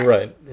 Right